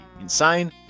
insane